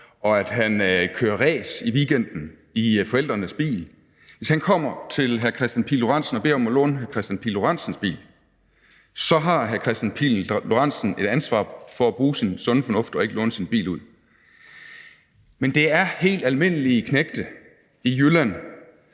og at han kører ræs i weekenden i forældrenes bil – og beder om at låne hr. Kristian Pihl Lorentzens bil, så har hr. Kristian Pihl Lorentzen et ansvar for at bruge sin sunde fornuft og ikke låne sin bil ud. Men det er helt almindelig knægte i Jylland,